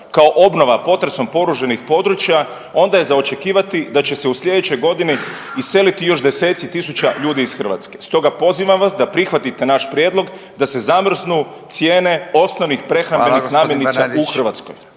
kao obnova potresom porušenih područja, onda je za očekivati da će se u sljedećoj godini iseliti još deseci tisuća ljudi iz Hrvatske, stoga, pozivam vas, da prihvatite naš prijedlog da se zamrznu cijene osnovnih prehrambenih namirnica u Hrvatskoj.